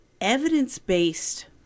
evidence-based